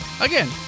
Again